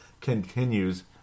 Continues